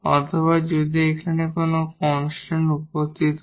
অথবা যদি এখানে কোন কনস্ট্যান্ট উপস্থিত হয়